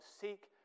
seek